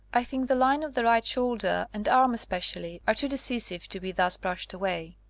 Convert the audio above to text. i think the line of the right shoulder and arm especially are too decisive to be thus brushed away.